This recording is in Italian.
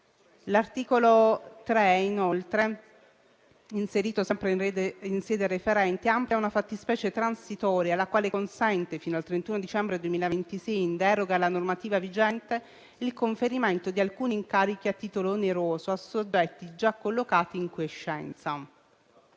L'articolo 3, inserito sempre in sede referente, amplia una fattispecie transitoria, la quale consente fino al 31 dicembre 2026, in deroga alla normativa vigente, il conferimento di alcuni incarichi a titolo oneroso a soggetti già collocati in quiescenza.